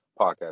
podcast